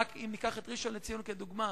אם ניקח את ראשון-לציון כדוגמה,